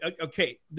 Okay